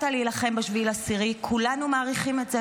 אל תפריעו לי.